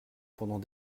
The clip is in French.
pendant